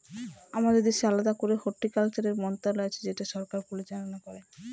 আমাদের দেশে আলাদা করে হর্টিকালচারের মন্ত্রণালয় আছে যেটা সরকার পরিচালনা করে